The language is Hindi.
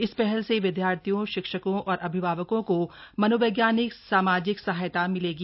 इस पहल से विद्यार्थियों शिक्षकों और अभिभावकों को मनोवैज्ञानिक सामाजिक सहायता मिलेगी